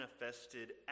manifested